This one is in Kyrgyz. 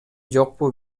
жокпу